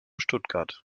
stuttgart